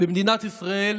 במדינת ישראל